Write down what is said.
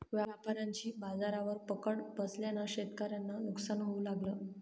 व्यापाऱ्यांची बाजारावर पकड बसल्याने शेतकऱ्यांना नुकसान होऊ लागलं